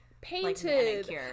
painted